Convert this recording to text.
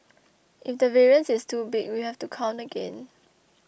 if the variance is too big we have to count again